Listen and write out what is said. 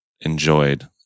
enjoyed